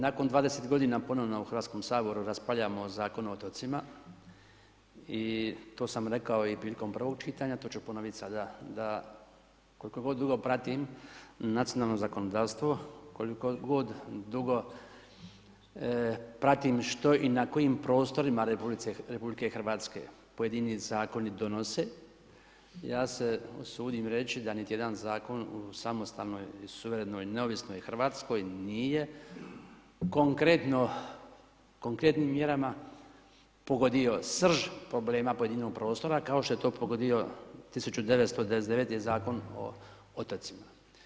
Nakon 20 godina ponovno u HS-u raspravljamo Zakon o otocima i to sam rekao i prilikom prvog čitanja, to ću ponoviti sada, da koliko god dugo pratim nacionalno zakonodavstvo, koliko god dugo pratim što i na kojim prostorima RH pojedini zakoni donose, ja se usudim reći da niti jedan zakon u samostalnoj, suverenoj, neovisnoj RH nije konkretnim mjerama pogodio srž problema pojedinog prostora, kao što je to pogodio 1999.-te Zakon o otocima.